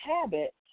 habit